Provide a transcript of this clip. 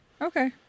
Okay